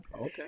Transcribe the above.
Okay